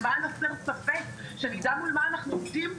למען הסר ספק שנדע מול מה אנחנו עובדים,